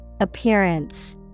Appearance